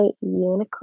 unicorn